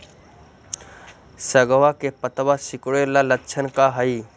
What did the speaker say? सगवा के पत्तवा सिकुड़े के लक्षण का हाई?